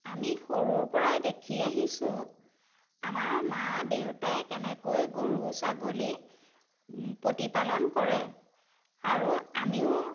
আমি সৰুৰ পৰাই দেখি আহিছোঁ আমাৰ মা দেউতাই কেনেকৈ গৰু ছাগলী প্ৰতিপালন কৰে আৰু আমিও